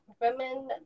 women